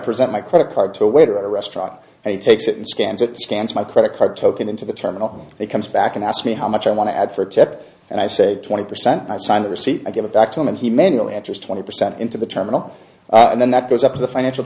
present my credit card to a waiter at a restaurant and he takes it and scans it scans my credit card token into the terminal it comes back and ask me how much i want to add for tech and i said twenty percent i signed the receipt i get it back to him and he manual answers twenty percent into the terminal and then that goes up to the financial